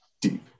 deep